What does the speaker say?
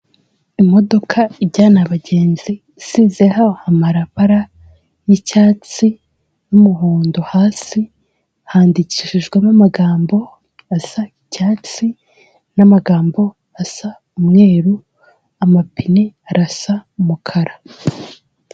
Imodoka ijyana abagenzi isizeho amarabara y'icyatsi n'umuhondo hasi, handikishijwemo amagambo asa, icyatsi n'amagambo asa umweru, amapine arasa umukara.